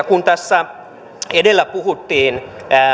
kun tässä edellä puhuttiin